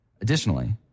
Additionally